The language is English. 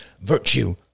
virtue